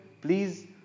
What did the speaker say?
please